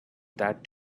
that